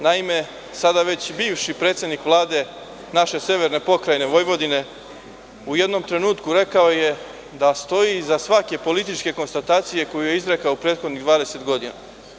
Naime sada već bivši predsednik Vlade naše severne Pokrajine Vojvodine u jednom trenutku je rekao da stoji iza svake političke konstatacije koju je izrekao u prethodnih 20 godina.